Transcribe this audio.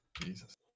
Jesus